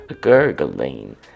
gurgling